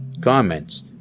comments